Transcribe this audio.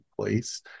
place